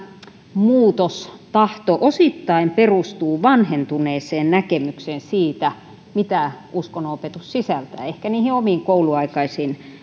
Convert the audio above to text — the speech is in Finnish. muutostahto osittain perustuu vanhentuneeseen näkemykseen siitä mitä uskonnonopetus sisältää ehkä niihin omiin kouluaikaisiin